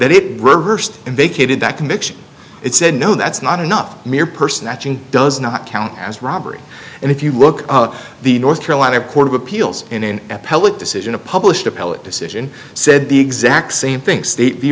that reversed and vacated that conviction it said no that's not enough mere person does not count as robbery and if you look at the north carolina court of appeals in at public decision a published appellate decision said the exact same thing state